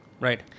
Right